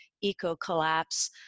eco-collapse